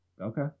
okay